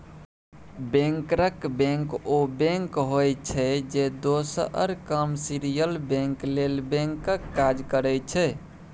बैंकरक बैंक ओ बैंक होइ छै जे दोसर कामर्शियल बैंक लेल बैंकक काज करै छै